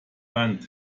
wand